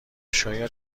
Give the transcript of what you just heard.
شاید